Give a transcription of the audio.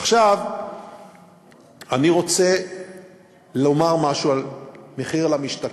עכשיו אני רוצה לומר משהו על מחיר למשתכן.